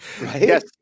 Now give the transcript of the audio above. Yes